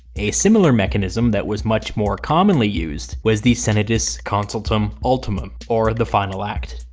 a similar mechanism that was much more commonly used was the senatus consultum ultumum, or the final act.